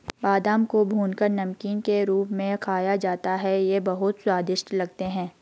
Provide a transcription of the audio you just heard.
बादाम को भूनकर नमकीन के रूप में खाया जाता है ये बहुत ही स्वादिष्ट लगते हैं